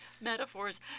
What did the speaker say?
metaphors